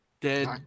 Dead